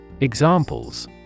Examples